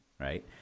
right